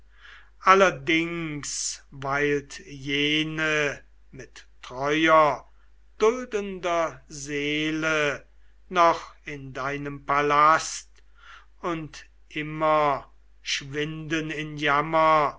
allerdings weilt jene mit treuer duldender seele noch in deinem palast und immer schwinden in jammer